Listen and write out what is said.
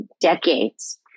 decades